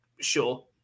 sure